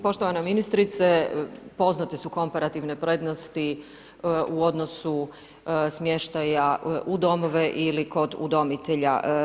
Poštovana ministrice, poznate su komparativne prednosti u odnosu smještaja u domove ili kod udomitelja.